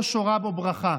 לא שורה בו ברכה.